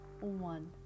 One